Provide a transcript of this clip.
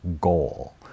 goal